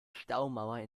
staumauer